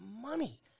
money